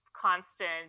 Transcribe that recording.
constant